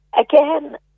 Again